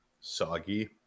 soggy